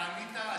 אתה ענית.